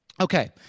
Okay